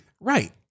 right